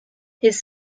his